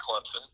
Clemson